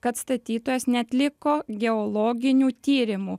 kad statytojas neatliko geologinių tyrimų